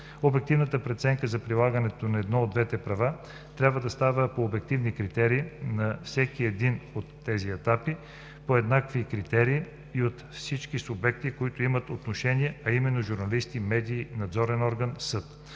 Обективната преценка за прилагането на едно от двете права трябва да става по обективни критерии на всеки един от тези етапи, по еднакви критерии и от всички субекти, които имат отношение, а именно журналисти, медии, надзорен орган, съд.